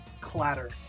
clatter